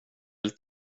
vill